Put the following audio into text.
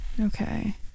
Okay